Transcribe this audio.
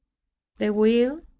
the will,